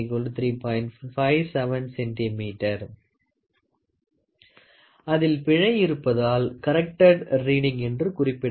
57 cm அதில் பிழை இருப்பதால் கரெக்டெட் ரீடிங் என்று குறிப்பிட வேண்டும்